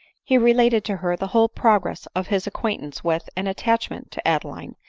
he related to her the whole progress of his acquaintance with, and attachment to adeline,